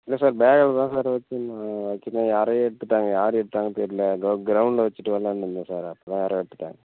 இல்லை சார் பேகில் தான் சார் வெச்சிருந்தேன் வைக்கிறேன் யாரோ எடுத்துவிட்டாங்க யார் எடுத்தாங்கனு தெரில கி கிரௌண்டில் வெச்சிட்டு விளாண்டுன்னு இருந்தேன் சார் யாரோ எடுத்துவிட்டாங்க